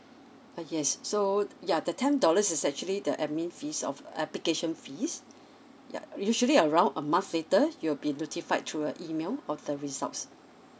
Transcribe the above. uh yes so ya the ten dollars is actually the admin fees of application fees yeah usually around a month later you will be notified through a email of the results